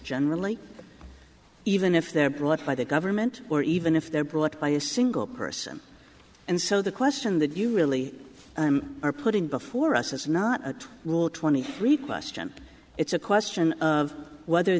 generally even if they're brought by the government or even if they're brought by a single person and so the question that you really are putting before us is not a rule twenty three question it's a question of whether